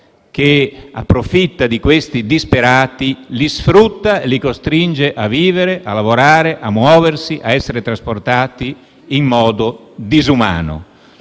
che approfitta di questi disperati, li sfrutta e li costringe a vivere, a lavorare, a muoversi, a essere trasportati in modo disumano.